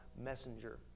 messenger